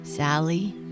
Sally